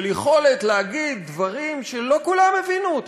של יכולת להגיד דברים שלא כולם הבינו.